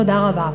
תודה רבה.